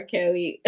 Kelly